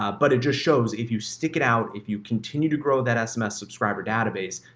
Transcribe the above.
ah but it just shows if you stick it out, if you continue to grow that sms subscriber database,